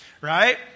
right